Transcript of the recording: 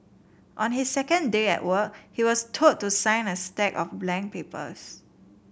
on his second day at work he was told to sign a stack of blank papers